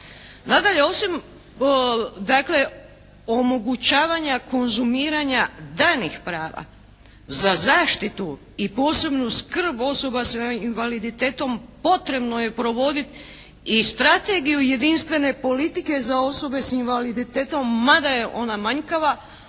Nadalje, osim dakle omogućavanja konzumiranja danih prava za zaštitu i posebnu skrb osoba sa invaliditetom potrebno je provoditi i strategiju jedinstvene politike za osobe s invaliditetom mada je ona manjkava,